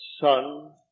Son